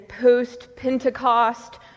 post-Pentecost